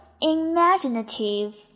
imaginative